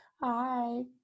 Hi